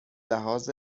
لحاظ